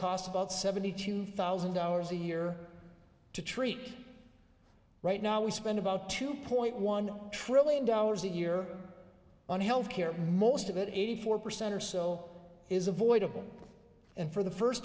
costs about seventy two thousand dollars a year to treat right now we spend about two point one trillion dollars a year on health care most of it eighty four percent or so is avoidable and for the first